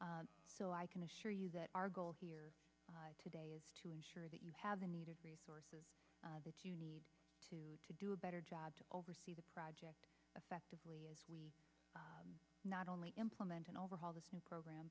d so i can assure you that our goal here today is to ensure that you have the needed resources that you need to do a better job to oversee the project effectively as we not only implemented overhaul the new program